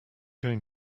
going